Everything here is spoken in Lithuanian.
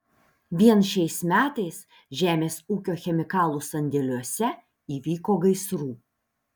vien šiais metais žemės ūkio chemikalų sandėliuose įvyko gaisrų